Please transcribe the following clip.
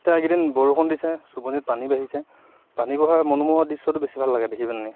এতিয়া এইকেইদিন বৰষুণ দিছে সোৱণশিৰিত পানী বাঢ়িছে পানী বঢ়াৰ মনোমোহা দৃশ্যটো বেছি ভাল লাগে দেখিব পেনি